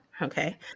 Okay